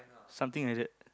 something like that